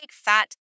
fat